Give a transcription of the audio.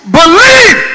believe